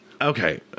okay